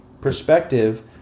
perspective